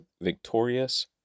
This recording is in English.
victorious